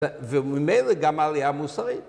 וממנו גם עליה מוסרית